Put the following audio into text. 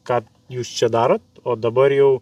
kad jūs čia darot o dabar jau